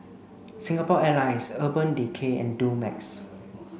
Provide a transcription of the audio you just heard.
Singapore Airlines Urban Decay and Dumex